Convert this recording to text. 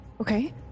okay